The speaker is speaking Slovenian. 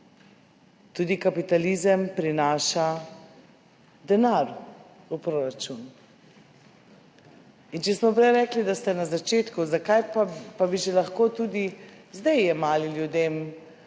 tudi kapitalizem prinaša denar v proračun. Če smo prej rekli, da ste na začetku, pa bi lahko že zdaj jemali ljudem